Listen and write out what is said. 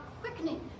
quickening